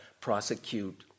prosecute